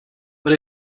but